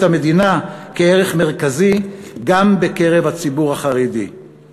המדינה כערך מרכזי גם בקרב הציבור החרדי מאידך גיסא.